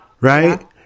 right